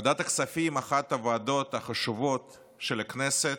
ועדת הכספים, אחת הוועדות החשובות של הכנסת,